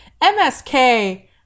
MSK